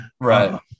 Right